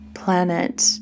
Planet